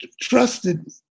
trusted